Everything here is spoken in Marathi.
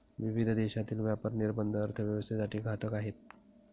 विविध देशांतील व्यापार निर्बंध अर्थव्यवस्थेसाठी घातक आहेत